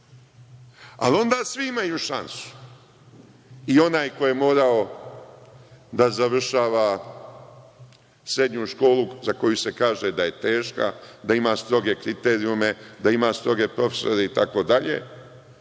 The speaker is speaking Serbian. Onda svi imaju šansu, i onaj ko je morao da završava srednju školu za koju se kaže da je teška, da ima stroge kriterijume, da ima stroge profesore, itd,